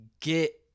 get